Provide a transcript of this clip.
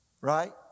right